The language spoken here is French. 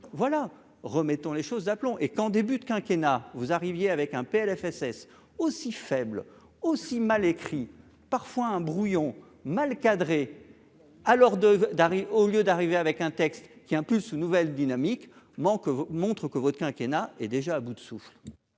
voilà, remettons les choses d'aplomb et qu'en début de quinquennat vous arriviez avec un PLFSS aussi faible, aussi mal écrits, parfois un brouillon, mal cadré alors de d'au lieu d'arriver avec un texte qui, plus une nouvelle dynamique manque montre que votre quinquennat est déjà à bout de souffle.